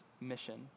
mission